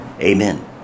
Amen